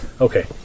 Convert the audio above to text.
Okay